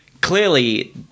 Clearly